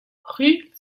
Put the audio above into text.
rue